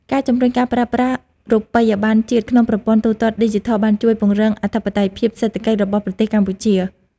ការជំរុញការប្រើប្រាស់រូបិយប័ណ្ណជាតិក្នុងប្រព័ន្ធទូទាត់ឌីជីថលបានជួយពង្រឹងអធិបតេយ្យភាពសេដ្ឋកិច្ចរបស់ប្រទេសកម្ពុជា។